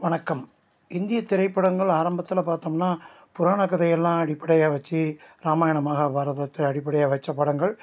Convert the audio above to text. வணக்கம் இந்திய திரைப்படங்கள் ஆரம்பத்தில் பார்த்தோம்னா புராணக்கதையெல்லாம் அடிப்படையாக வச்சு ராமாயணம் மகாபாரதத்தை அடிப்படையாக வைச்ச படங்கள்